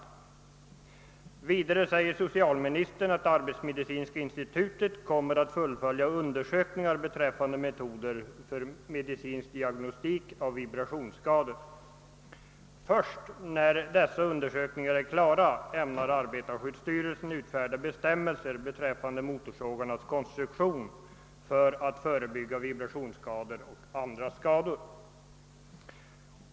Socialministern säger vidare att arbetsmedicinska institutet kommer att fullfölja sina undersökningar beträffande metoder för medicinsk diagnostik av vibrationsskador. Först när dessa undersökningar är klara ämnar arbetarskyddsstyrelsen utfärda bestämmelser beträffande motorsågarnas konstruktion för att förebygga vibrationsskador och andra skador.